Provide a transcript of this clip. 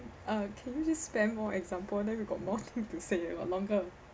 okay can you just spam more example then got more time to say you got longer